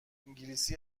انگلیسی